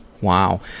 Wow